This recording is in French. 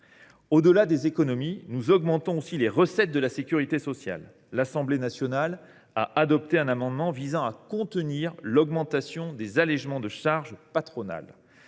que nous dégageons, nous augmentons aussi les recettes de la sécurité sociale. L’Assemblée nationale a adopté un amendement visant à contenir l’augmentation des allégements de charges patronales.